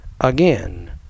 Again